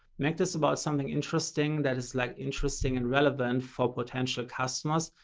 make this about something interesting that is like interesting and relevant for potential customers.